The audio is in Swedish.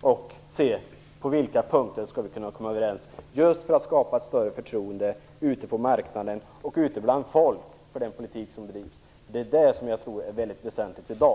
och på vilka punkter vi skall kunna komma överens för att skapa ett större förtroende, ute på marknaden och ute bland folk, för den politik som bedrivs. Jag tror att det är det som är väsentligt i dag.